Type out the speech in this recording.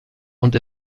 und